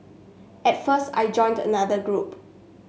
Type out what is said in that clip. at first I joined another group